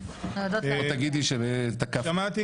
חבר אחד,